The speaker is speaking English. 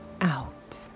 out